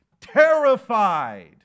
terrified